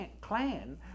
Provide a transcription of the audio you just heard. Klan